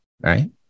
Right